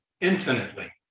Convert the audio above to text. infinitely